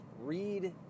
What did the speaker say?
read